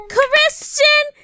Christian